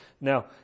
Now